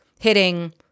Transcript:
hitting